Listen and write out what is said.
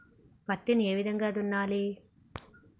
పత్తిని ఏ విధంగా దున్నాలి?